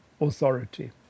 authority